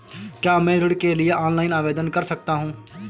क्या मैं ऋण के लिए ऑनलाइन आवेदन कर सकता हूँ?